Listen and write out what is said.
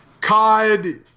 COD